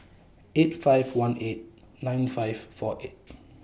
eight five one eight nine five four eight